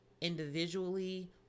individually